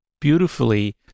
beautifully